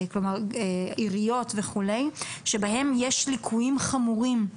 עיריות וכולי, שבהן יש ליקויים חמורים,